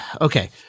okay